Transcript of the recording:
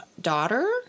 daughter